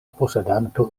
posedanto